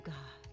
God